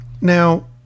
Now